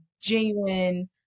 genuine